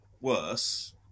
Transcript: worse